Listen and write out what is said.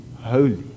holy